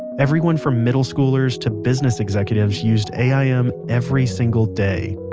everyone from middle schoolers to business executives used aim every single day,